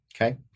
Okay